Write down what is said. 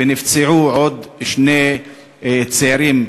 ונפצעו עוד שני צעירים.